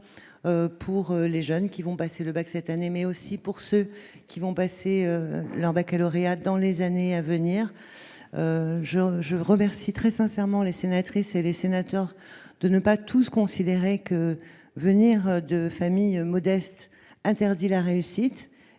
pour les jeunes qui vont passer le bac cette année, mais aussi pour ceux qui vont passer leur Baccalauréat dans les années à venir, je je remercie très sincèrement les sénatrices et les sénateurs de ne pas tous considéraient que venir de familles modestes interdit la réussite